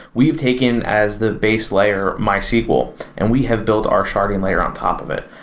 we've taken as the base layer mysql and we have built our sharding layer on top of it.